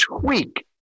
tweak